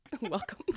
Welcome